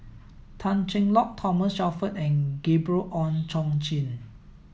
Tan Cheng Lock Thomas Shelford and Gabriel Oon Chong Jin